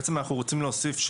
בעצם אנחנו רוצים להוסיף,